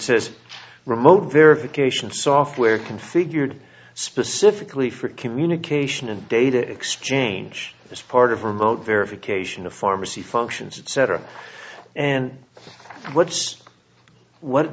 says remote verification software configured specifically for communication and data exchange as part of remote verification of pharmacy functions etc and what's what